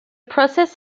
process